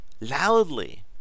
loudly